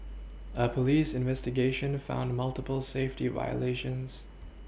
a police investigation found multiple safety violations